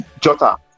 Jota